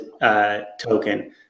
token